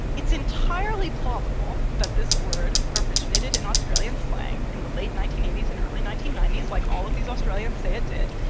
it's entirely plausible that this word originated in australian slang in the late nineteen eighty eighty s and early nineteen ninety s, like all of these australians say it did,